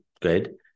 good